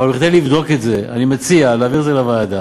אבל כדי לבדוק את זה אני מציע להעביר את זה לוועדה,